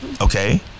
Okay